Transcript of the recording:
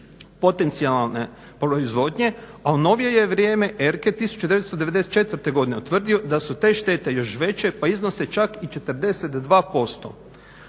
potencijalne proizvodnje, a u novije je vrijeme Erke 1994. godine utvrdio da su te štete još veće pa iznose čak i 42%.